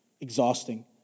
exhausting